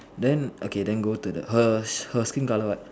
then okay then go to her her skin colour what